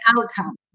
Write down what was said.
outcome